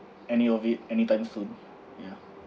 any of it anytime soon ya